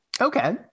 Okay